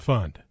Fund